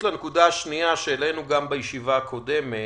לנקודה השנייה שהעלינו גם בישיבה הקודמת,